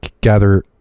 gather